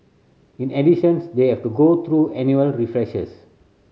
in additions they have to go through annual refreshers